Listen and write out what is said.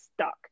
stuck